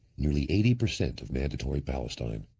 nearly eighty percent of mandatory palestine.